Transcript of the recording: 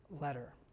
letter